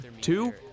Two